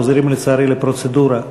חוזרים לצערי לפרוצדורה.